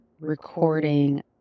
recording